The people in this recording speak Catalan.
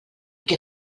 què